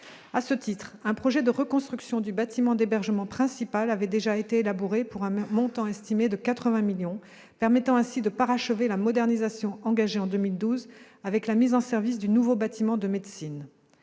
À ce titre, un projet de reconstruction du bâtiment d'hébergement principal avait déjà été élaboré, pour un montant estimé à 80 millions d'euros, permettant ainsi de parachever la modernisation engagée en 2012 avec la mise en service du nouveau bâtiment de médecine.